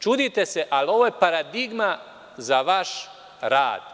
Čudite se, ali ovo je paradigma za vaš rad.